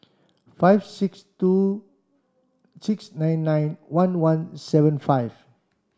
five six two six nine nine one one seven five